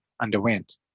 underwent